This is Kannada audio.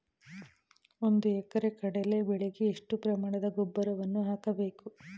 ಒಂದು ಎಕರೆ ಕಡಲೆ ಬೆಳೆಗೆ ಎಷ್ಟು ಪ್ರಮಾಣದ ಗೊಬ್ಬರವನ್ನು ಹಾಕಬೇಕು?